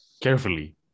Carefully